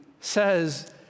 says